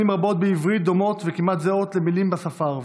מילים רבות בעברית דומות וכמעט זהות למילים בשפה הערבית.